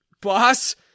Boss